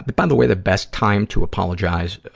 but by the way, the best time to apologize, ah,